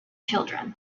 children